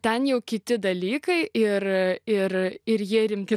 ten jau kiti dalykai ir ir ir jie rimte